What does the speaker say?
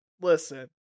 listen